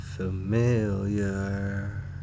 Familiar